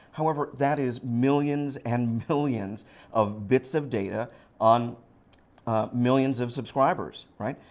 however, that is millions and millions of bits of data on millions of subscribers, right?